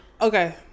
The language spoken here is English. Okay